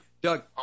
Doug